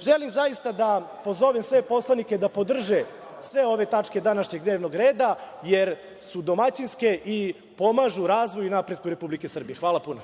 Želim zaista da pozovem sve poslanike da podrže sve ove tačke današnjeg dnevnog reda, jer su domaćinske i pomažu razvoju i napretku Republike Srbije. Hvala puno.